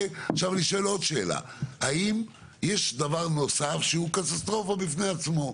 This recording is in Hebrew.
יש דבר נוסף שהוא קטסטרופה בפני עצמו.